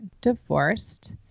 divorced